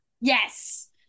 Yes